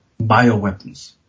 bioweapons